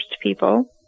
people